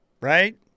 Right